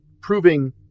proving